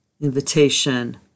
invitation